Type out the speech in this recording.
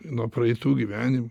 nuo praeitų gyvenimų